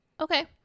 Okay